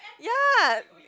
ya